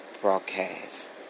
broadcast